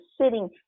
sitting